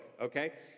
okay